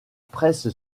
presse